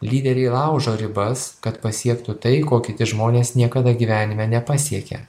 lyderiai laužo ribas kad pasiektų tai ko kiti žmonės niekada gyvenime nepasiekia